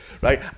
right